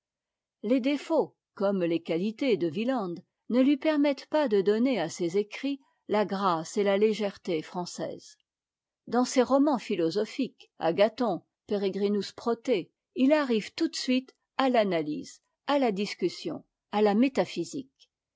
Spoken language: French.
les défauts comme les qualités de wieland ne lui permettent pas de donner à ses écrits la grâce et la légèreté françaises dans ses romans philosophiques agathon pérégrinus protée il arrive tout de suite à l'analyse à la discussion à la métaphysique